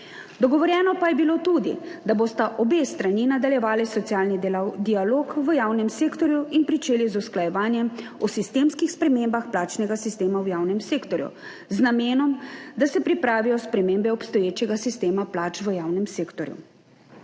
Dogovorjeno pa je bilo tudi, da bosta obe strani nadaljevali socialni dialog v javnem sektorju in začeli z usklajevanjem o sistemskih spremembah plačnega sistema v javnem sektorju z namenom, da se pripravijo spremembe obstoječega sistema plač v javnem sektorju.